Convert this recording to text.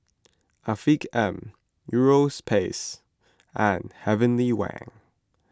Afiq M Europace and Heavenly Wang